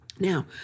Now